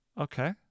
Okay